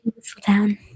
Whistledown